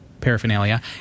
paraphernalia